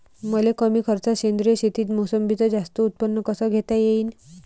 मले कमी खर्चात सेंद्रीय शेतीत मोसंबीचं जास्त उत्पन्न कस घेता येईन?